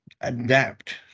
adapt